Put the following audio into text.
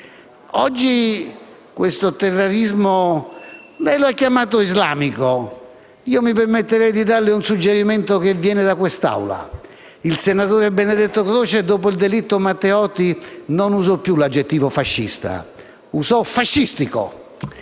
Oggi questo terrorismo lei l'ha chiamato islamico; io mi permetterei di darle un suggerimento che viene dalla storia di questa Assemblea: il senatore Benedetto Croce, dopo il delitto Matteotti, non usò più l'aggettivo «fascista», ma «fascistico».